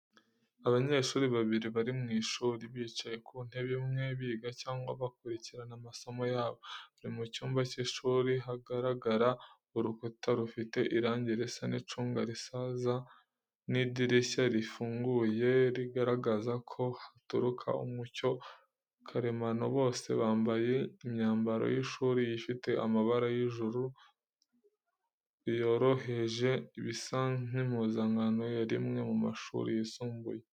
Abanyeshuri babiri bari mu ishuri, bicaye ku ntebe imwe, biga cyangwa bakurikirana amasomo yabo. Bari mu cyumba cy’ishuri, haragaragara urukuta rufite irangi risa n'icunga risaza n'idirishya rifunguye, rigaragaza ko haturuka umucyo karemano. Bose bambaye imyambaro y’ishuri ifite amabara y’ijuru yoroheje, bisa nk’impuzankano ya rimwe mu mashuri yisumbuye.